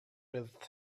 with